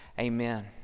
Amen